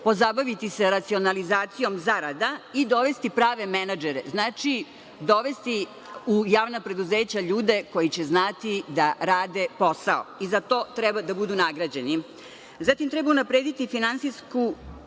pozabaviti se racionalizacijom zarada i dovesti prave menadžere. Znači, dovesti u javna preduzeća ljude koji će znati da rade posao i za to treba da budu nagrađeni. Zatim treba unaprediti finansijsku